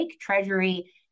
Treasury